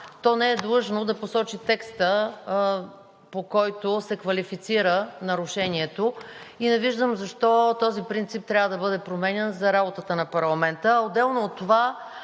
то не е длъжно да посочи текста, по който се квалифицира нарушението и не виждам защо този принцип трябва да бъде променян за работата на парламента. Отделно от това